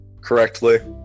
correctly